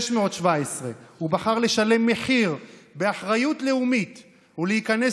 617. הוא בחר לשלם מחיר באחריות לאומית ולהיכנס